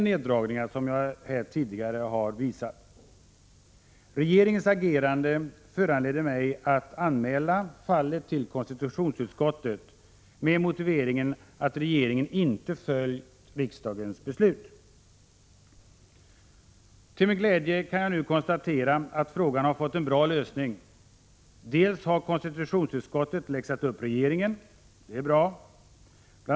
Regeringens 3 : Ad Regeri handläggagerande föranledde mig att anmäla fallet till konstitutionsutskottet med Le tbrikdates s£ motiveringen att regeringen inte följt riksdagens beslut. ERE E Till min glädje kan jag nu konstatera att frågan har fått en bra lösning. Konstitutionsutskottet har läxat upp regeringen, och det är bra. Bl.